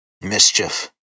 Mischief